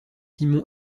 simon